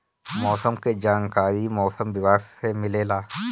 मौसम के जानकारी मौसम विभाग से मिलेला?